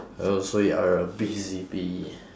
oh so you are a busy bee